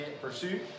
pursuit